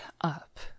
up